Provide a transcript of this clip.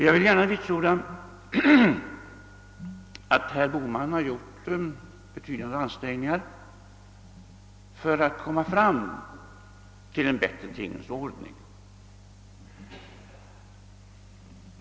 Jag vill gärna vitsorda, att herr Bohman har gjort betydande ansträngningar för att få fram en bättre tingens ordning.